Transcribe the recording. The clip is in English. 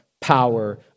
power